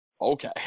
Okay